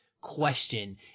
question